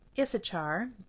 Issachar